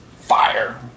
Fire